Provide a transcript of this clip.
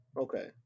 Okay